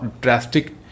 drastic